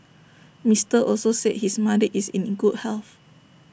Mister Also said his mother is in good health